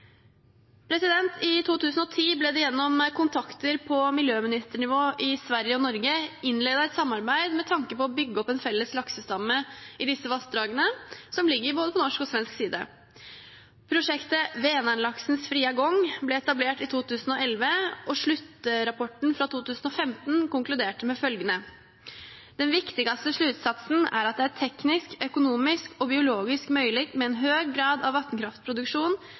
I 2010 ble det gjennom kontakter på miljøministernivå i Sverige og Norge innledet et samarbeid med tanke på å bygge opp en felles laksestamme i disse vassdragene som ligger på både norsk og svensk side. Prosjektet «Vänerlaxens fria gång» ble etablert i 2011, og sluttrapporten fra 2015 konkluderte med: «Den viktigaste slutsatsen är att det är tekniskt, ekonomiskt och biologiskt möjligt med en hög grad av